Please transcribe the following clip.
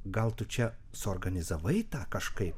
gal tu čia suorganizavai tą kažkaip